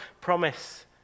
promise